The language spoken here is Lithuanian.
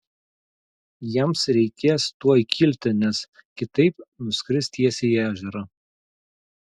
jiems reikės tuoj kilti nes kitaip nuskris tiesiai į ežerą